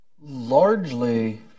Largely